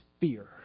fear